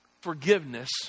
Forgiveness